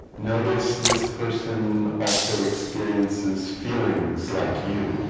notice this person also experiences feelings like you